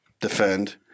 defend